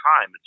time